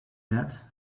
that